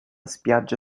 spiaggia